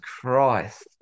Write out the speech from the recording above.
Christ